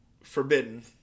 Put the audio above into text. forbidden